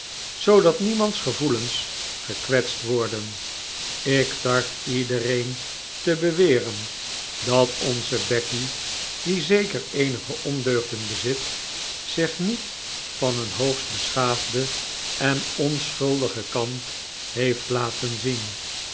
zoodat niemands gevoelens gekwetst worden ik tart iedereen te beweren dat onze becky die zeker eenige ondeugden bezit zich niet van een hoogst beschaafden en onschuldigen kant heeft laten zien